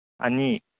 ꯑꯅꯤ